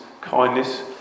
kindness